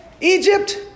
Egypt